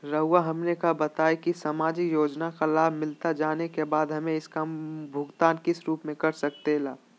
रहुआ हमने का बताएं की समाजिक योजना का लाभ मिलता जाने के बाद हमें इसका भुगतान किस रूप में कर सके ला?